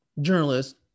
journalist